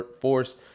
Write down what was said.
force